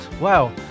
Wow